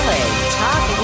Talk